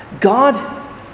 God